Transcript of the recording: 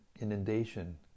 inundation